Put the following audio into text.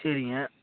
சரிங்க